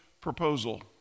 proposal